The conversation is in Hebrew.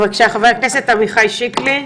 בבקשה, חבר הכנסת עמיחי שקלי.